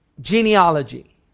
genealogy